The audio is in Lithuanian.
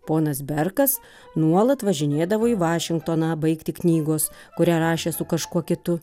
ponas berkas nuolat važinėdavo į vašingtoną baigti knygos kurią rašė su kažkuo kitu